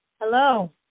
Hello